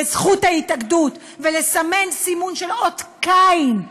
בזכות ההתאגדות ולסמן סימון של אות קין,